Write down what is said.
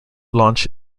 launch